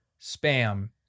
spam